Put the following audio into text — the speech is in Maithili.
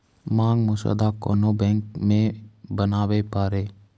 मांग मसौदा कोन्हो बैंक मे बनाबै पारै